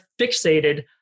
fixated